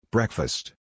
Breakfast